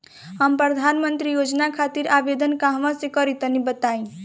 हम प्रधनमंत्री योजना खातिर आवेदन कहवा से करि तनि बताईं?